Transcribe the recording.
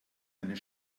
einen